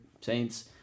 saints